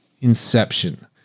inception